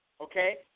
okay